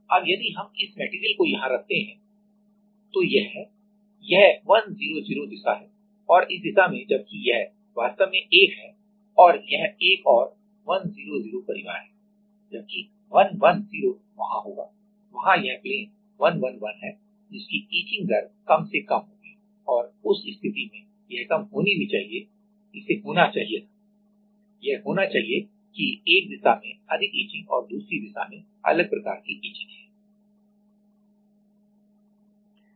अब यदि हम इस मेटेरियल को यहाँ रखते हैं तो यह है यह 100 दिशा है और इस दिशा में जबकि यह वास्तव में 1 है यह एक और 100 परिवार है जबकि110 वहाँ होगा वहाँ यह प्लेन 111 है जिसकी इचिंग दर कम से कम होगी और उस स्थिति में यह कम होनी भी चाहिए चाहिए इसे होना चाहिए था यह होना चाहिए कि एक दिशा में अधिक इचिंगऔर दूसरी दिशा में अलग प्रकार की इचिंग है